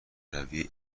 روی